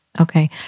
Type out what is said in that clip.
Okay